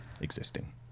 existing